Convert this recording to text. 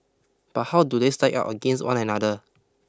but how do they stack up against one another